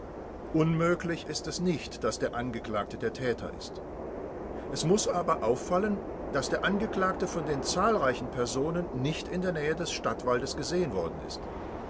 unmöglich ist es nicht daß der angeklagte der täter ist es muß aber auffallen daß der angeklagte von den zahlreichen personen nicht in der nähe des stadtwaldes gesehen worden ist